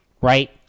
Right